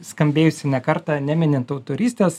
skambėjusi ne kartą neminint autorystės